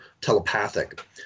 telepathic